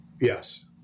Yes